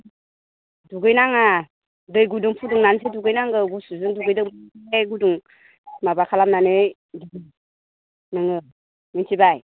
दुगैनाङा दै गुदुं फुदुंनानैसो दुगैनांगौ गुसुजों दुगैदों बे गुदुं माबा खालामनानै नोङो मिथिबाय